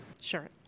Sure